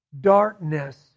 darkness